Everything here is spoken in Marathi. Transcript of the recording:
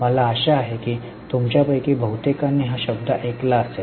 मला आशा आहे की तुमच्यापैकी बहुतेकांनी हा शब्द ऐकला असेल